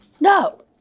No